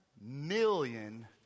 million